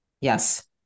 Yes